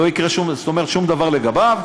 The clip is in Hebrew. לא יקרה שום דבר לגביו,